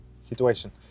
situation